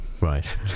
Right